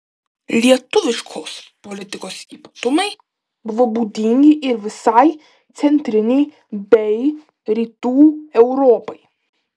lietuviškos politikos ypatumai buvo būdingi ir visai centrinei bei rytų europai